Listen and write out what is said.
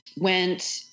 went